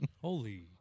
holy